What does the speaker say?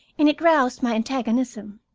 and it roused my antagonism.